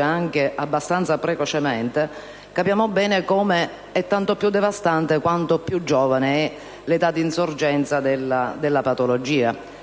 anche abbastanza precocemente: capiamo bene che è tanto più devastante quanto più giovane è l'età di insorgenza della patologia.